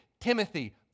Timothy